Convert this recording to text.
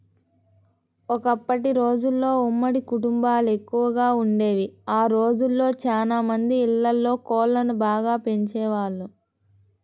ఒకప్పటి రోజుల్లో ఉమ్మడి కుటుంబాలెక్కువగా వుండేవి, ఆ రోజుల్లో చానా మంది ఇళ్ళల్లో కోళ్ళను బాగా పెంచేవాళ్ళు